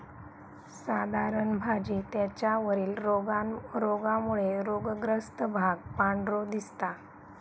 साधारण भाजी त्याच्या वरील रोगामुळे रोगग्रस्त भाग पांढरो दिसता